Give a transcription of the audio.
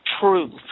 truth